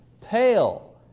pale